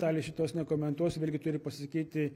detalių šituos nekomentuosiu vėlgi turi pasisakyti